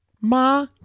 Ma